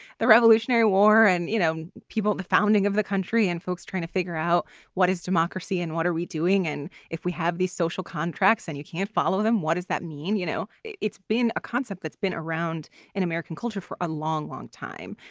the revolutionary war and, you know, people the founding of the country and folks trying to figure out what is democracy and what are we doing. and if we have these social contracts and you can't follow them, what does that mean? you know, it's been a concept that's been around in american culture for a long, long time.